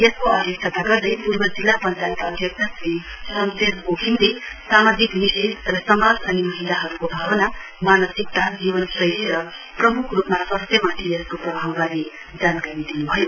यसको अध्यक्षता गर्दै पूर्व जिल्ला पञ्चायत अध्यक्ष श्री रामशेर वोखिमले सामाजिक निषेध र समाज अनि महिलाहरूको भावना मानसिकता जीवनशैली र प्रमुख रूपमा स्वास्थ्यमाथि यसको प्रभावबारे जानकारी दिनुभयो